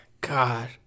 god